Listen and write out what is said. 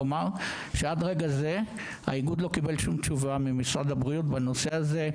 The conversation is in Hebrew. לומר שעד לרגע זה האיגוד לא קיבל שום תשובה ממשרד הבריאות בנושא הזה.